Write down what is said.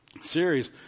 series